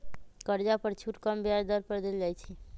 कर्जा पर छुट कम ब्याज दर पर देल जाइ छइ